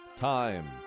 Time